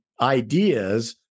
ideas